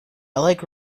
like